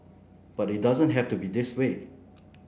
but it doesn't have to be this way